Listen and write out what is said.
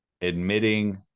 Admitting